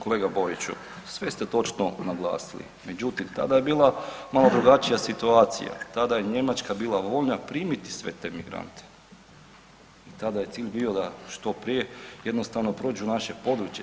Kolega Boriću sve ste točno naglasili, međutim tada je bila malo drugačija situacija tada je Njemačka bila voljna primiti sve te migrante i tada je cilj bio da što prije jednostavno prođu naše područje.